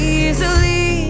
easily